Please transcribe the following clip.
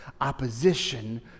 opposition